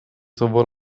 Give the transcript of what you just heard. sowohl